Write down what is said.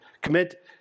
Commit